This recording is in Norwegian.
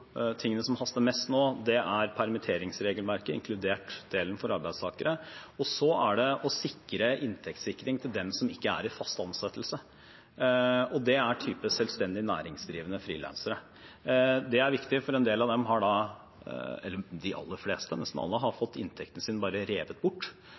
tingene som haster mest nå, er permitteringsregelverket, inkludert delen for arbeidstakere, og inntektssikring til dem som ikke er i fast ansettelse, type selvstendig næringsdrivende og frilansere. Det er viktig, for de aller fleste, nesten alle, har